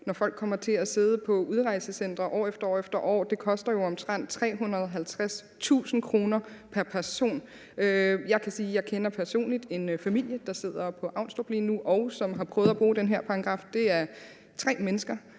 når folk kommer til at sidde på udrejsecentre år efter år efter år? Det koster jo omtrent 350.000 kr. pr. person. Jeg kan sige, at jeg personligt kender en familie, der sidder på Avnstrup lige nu, og som har prøvet at bruge den her paragraf. Det er tre mennesker,